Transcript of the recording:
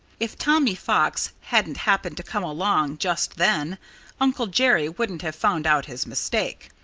if tommy fox hadn't happened to come along just then uncle jerry wouldn't have found out his mistake.